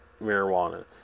marijuana